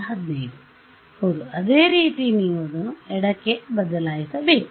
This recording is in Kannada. ಹೌದು ಅದೇ ರೀತಿ ನೀವು ಅದನ್ನು ಎಡಕ್ಕೆ ಬದಲಾಯಿಸಬೇಕು